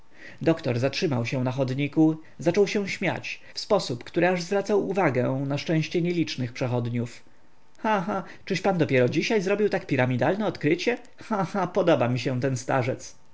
doktor zatrzymał się na chodniku i usiadłszy na swej lasce zaczął się śmiać w sposób który aż zwracał uwagę na szczęście nielicznych przechodniów ha ha czyś pan dopiero dzisiaj zrobił tak piramidalne odkrycie ha ha podoba mi się ten starzec